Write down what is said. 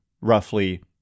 roughly